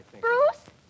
Bruce